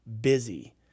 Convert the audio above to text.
busy